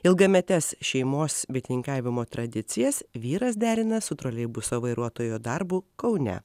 ilgametes šeimos bitininkavimo tradicijas vyras derina su troleibuso vairuotojo darbu kaune